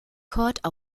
court